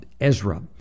Ezra